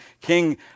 King